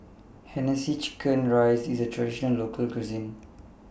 Hainanese Chicken Rice IS A Traditional Local Cuisine